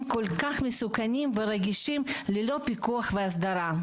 כל כך מסוכנים ורגישים ללא פיקוח והסדרה.